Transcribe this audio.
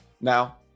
Now